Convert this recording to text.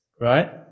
right